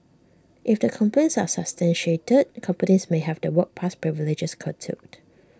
if the complaints are substantiated companies may have their work pass privileges curtailed